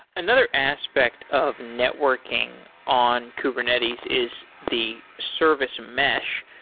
another aspect of networking on kubernetes is the service mesh.